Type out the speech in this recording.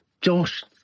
Josh